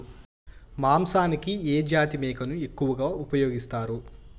మాంసానికి ఏ జాతి మేకను ఎక్కువగా ఉపయోగిస్తారు?